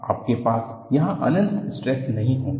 आपके पास वहां अनंत स्ट्रेस नहीं होंगे